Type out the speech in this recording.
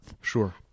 Sure